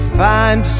find